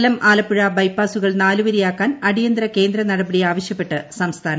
കൊല്ലംആലപ്പുഴ ബൈപ്പാസുകൾ നാലുവരിയാക്കാൻ അടിയന്തര കേന്ദ്ര നടപടി ആവശ്യപ്പെട്ട് സംസ്ഥാനം